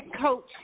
coach